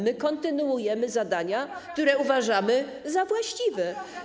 My kontynuujemy zadania, które uważamy za właściwe.